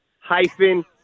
hyphen